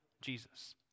Jesus